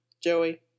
Joey